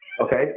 Okay